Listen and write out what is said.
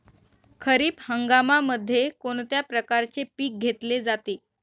खरीप हंगामामध्ये कोणत्या प्रकारचे पीक घेतले जाते?